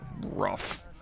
rough